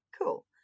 cool